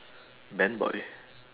band boy